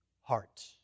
heart